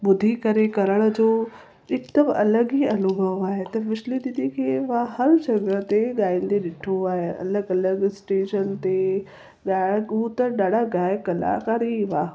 ॿुधी करे करण जो हिकदमि अलॻि ई अनूभव आहे त विषिनी दीदी खे मां हर जॻह ते ॻाईंदो ॾिठो आहे अलॻि अलॻि स्टेजनि ते ॻाएण हू त ॾाढा गाइक कलाकार ई हुआ